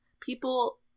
people